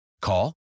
Call